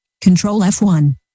Control-F1